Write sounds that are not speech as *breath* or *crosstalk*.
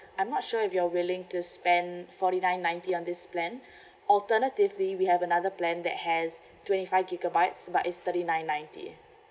I'm not sure if you're willing to spend forty nine ninety on this plan *breath* alternatively we have another plan that has twenty five gigabytes but it's thirty nine ninety